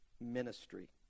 ministry